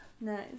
Nice